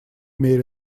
мере